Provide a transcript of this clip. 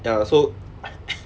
ya so